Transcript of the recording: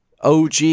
og